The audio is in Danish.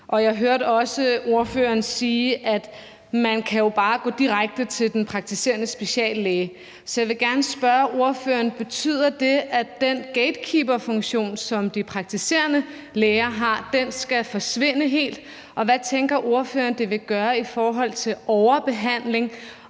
dag. Jeg hørte også ordføreren sige, at man jo bare kan gå direkte til den praktiserende speciallæge. Jeg vil gerne spørge ordføreren: Betyder det, at den gatekeeperfunktion, som de praktiserende læger har, helt skal forsvinde? Og hvad tænker ordføreren det vil gøre i forhold til overbehandling